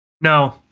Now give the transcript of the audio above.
No